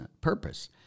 purpose